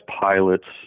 pilots